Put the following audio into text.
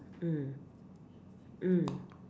mm mm